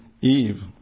Eve